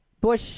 Bush